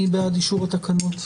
מי בעד אישור התקנות?